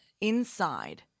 inside